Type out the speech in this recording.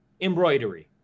embroidery